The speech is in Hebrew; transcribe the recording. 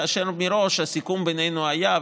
כאשר מראש הסיכום בינינו היה,